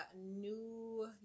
New